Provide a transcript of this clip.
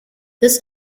this